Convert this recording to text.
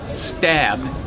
stabbed